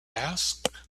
asked